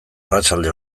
arratsalde